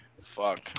fuck